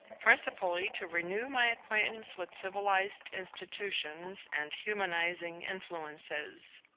principally to renew my acquaintance with civilized institutions and humanizing influences.